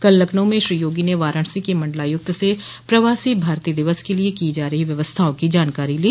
कल लखनऊ में श्री योगी ने वाराणसी के मंडलायूक्त से प्रवासी भारतीय दिवस के लिये की जा रही व्यवस्थाओं की जानकारी लो